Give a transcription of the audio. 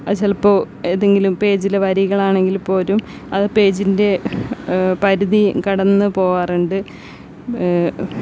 അതു ചിലപ്പോൾ ഏതെങ്കിലും പേജിലെ വരികളാണെങ്കിൽ പോലും അത് പേജിൻ്റെ പരിധിയും കടന്നു പോകാറുണ്ട്